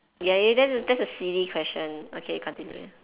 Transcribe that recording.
ya ya that's a that's a silly question okay continue